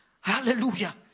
hallelujah